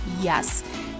yes